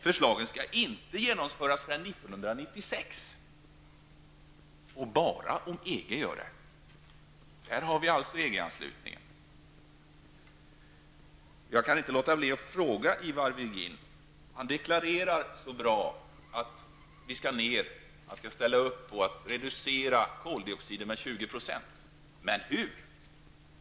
Förslagen skall inte genomföras förrän 1996, och bara om EG gör det. Där har vi alltså EG Ivar Virgin deklarerar att man skall ställa upp på att reducera koldioxiden med 20 %. Jag kan då inte låta bli att fråga honom hur det skall gå till.